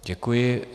Děkuji.